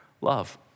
love